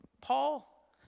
Paul